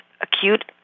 acute